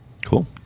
Cool